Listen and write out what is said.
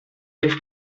sich